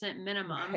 minimum